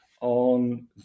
on